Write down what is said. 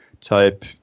type